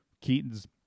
Keaton's